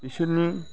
बिसोरनि